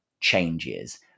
changes